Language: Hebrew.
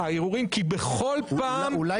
הערעורים כי בכל פעם --- אולי